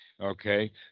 Okay